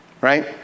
Right